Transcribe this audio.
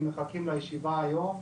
מחכים לישיבה היום.